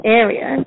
area